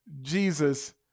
Jesus